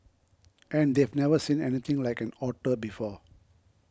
and they've never seen anything like an otter before